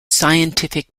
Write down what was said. scientific